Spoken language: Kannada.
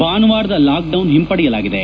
ಭಾನುವಾರದ ಲಾಕ್ಡೌನ್ ಹಿಂಪಡೆಯಲಾಗಿದೆ